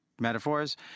metaphors